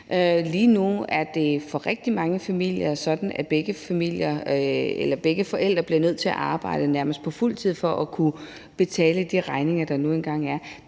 Lige nu er det for rigtig mange familier sådan, at begge forældre bliver nødt til at arbejde nærmest på fuld tid for at kunne betale de regninger, der nu engang er.